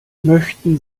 möchten